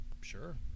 sure